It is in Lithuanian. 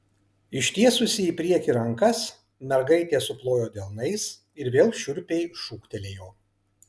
ištiesusi į priekį rankas mergaitė suplojo delnais ir vėl šiurpiai šūktelėjo